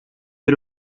бер